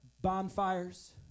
bonfires